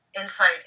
insight